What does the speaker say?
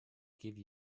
give